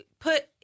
put